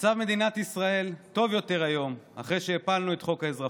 מצב מדינת ישראל טוב יותר היום אחרי שהפלנו את חוק האזרחות.